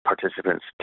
participants